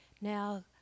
Now